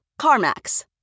CarMax